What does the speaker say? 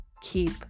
keep